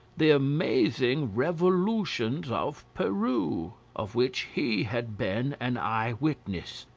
the amazing revolutions of peru, of which he had been an eyewitness.